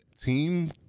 team